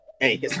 hey